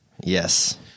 Yes